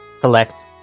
Collect